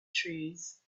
trees